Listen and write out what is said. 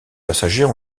passagers